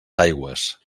aigües